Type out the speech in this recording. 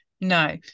no